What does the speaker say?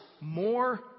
more